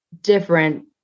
different